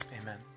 amen